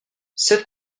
cette